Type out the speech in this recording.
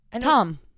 tom